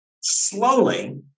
slowly